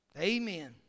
Amen